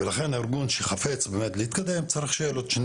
לכן ארגון שחפץ להתקדם צריך שיהיה לו את שני